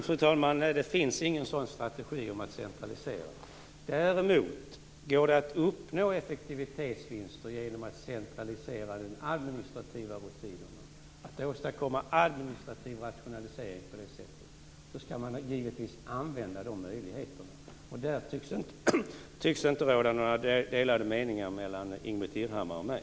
Fru talman! Nej, det finns ingen sådan centraliseringsstrategi. Däremot går det att uppnå effektivitetsvinster genom att centralisera de administrativa rutinerna. Kan man på det sättet åstadkomma administrativ rationalisering, skall man givetvis använda möjligheterna härtill. I det avseeendet tycks det inte råda några delade meningar mellan Ingbritt Irhammar och mig.